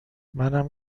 منم